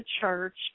church